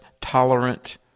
tolerant